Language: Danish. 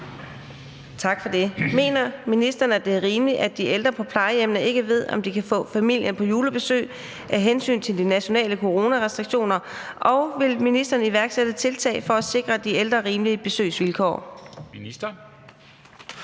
Tak for det. Mener ministeren, at det er rimeligt, at de ældre på plejehjemmene ikke ved, om de kan få familien på julebesøg af hensyn til de nationale coronarestriktioner, og vil ministeren iværksætte tiltag for at sikre de ældre rimelige besøgsvilkår? Kl.